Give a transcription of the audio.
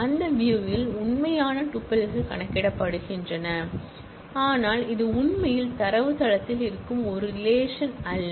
அந்த வியூ ல் உண்மையான டுபில்கள் கணக்கிடப்படுகின்றன ஆனால் இது உண்மையில் தரவுத்தளத்தில் இருக்கும் ஒரு ரிலேஷன் அல்ல